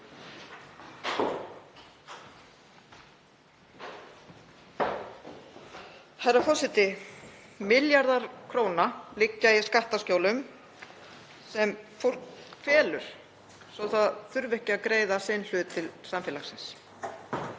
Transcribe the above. Herra forseti. Milljarðar króna liggja í skattaskjólum sem fólk felur svo það þurfi ekki að greiða sinn hlut til samfélagsins.